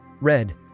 Red